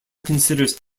considers